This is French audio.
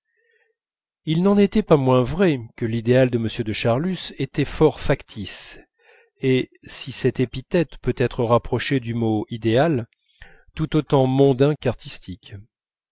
il n'en était pas moins vrai que l'idéal de m de charlus était fort factice et si cette épithète peut être rapprochée du mot idéal tout autant mondain qu'artistique